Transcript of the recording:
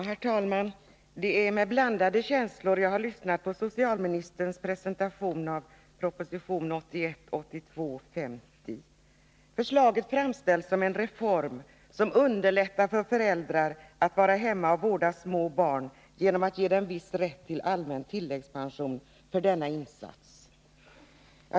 Herr talman! Det är med blandade känslor jag har lyssnat på socialministerns presentation av proposition 1981/82:50. Förslaget framställs som en reform som underlättar för föräldrar att vara hemma och vårda små barn genom att ge föräldrarna en viss rätt till allmän tilläggspension för denna insats.